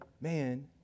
man